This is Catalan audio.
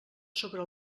sobre